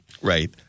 Right